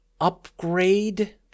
upgrade